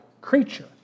creature